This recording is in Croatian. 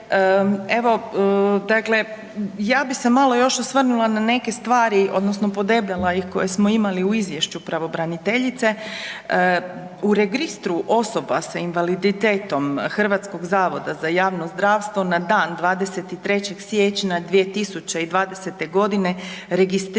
Evo ja bih se malo još osvrnula ne neke stvari odnosno podebljala ih koje smo imali u izvješću pravobraniteljice. U Registru osoba s invaliditetom HZJZ-a na dan 23. siječnja 2020. godine registrirano